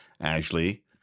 Ashley